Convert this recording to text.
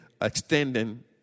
extending